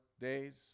days